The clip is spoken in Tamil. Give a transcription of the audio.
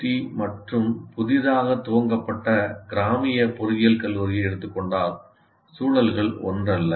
டி மற்றும் புதிதாக துவக்கப்பட்ட கிராமிய பொறியியல் கல்லூரியை எடுத்துக் கொண்டால் சூழல்கள் ஒன்றல்ல